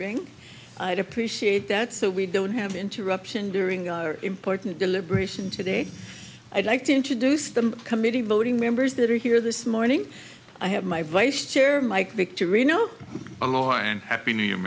ring i'd appreciate that so we don't have interruption during our important deliberation today i'd like to introduce them committee voting members that are here this morning i have my vice chair mike vick to reno on more and happy n